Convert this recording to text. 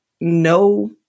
no